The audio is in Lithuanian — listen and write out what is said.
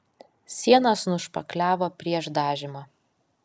sienas nušpakliavo prieš dažymą